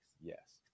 Yes